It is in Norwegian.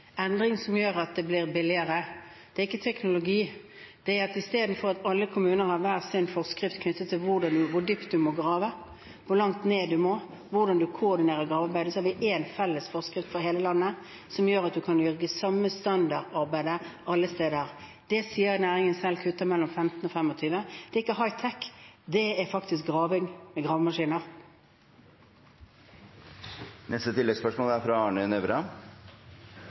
endring som gjør at det blir billigere. Det er ikke teknologi. Det er at istedenfor at alle kommuner har hver sin forskrift knyttet til hvor dypt man må grave, hvor langt ned man må, hvordan man koordinerer det arbeidet, har vi én felles forskrift for hele landet som gjør at man kan gjøre det samme standardarbeidet alle steder. Det sier næringen selv kutter mellom 15 og 25 pst. Det er ikke «high tech», det er faktisk graving med gravemaskiner. Arne Nævra – til oppfølgingsspørsmål. Bredbåndsutbygging er